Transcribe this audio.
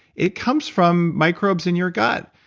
it comes from microbes in your gut.